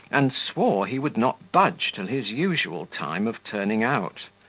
and swore he would not budge till his usual time of turning out.